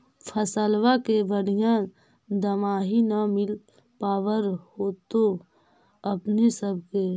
फसलबा के बढ़िया दमाहि न मिल पाबर होतो अपने सब के?